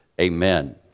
amen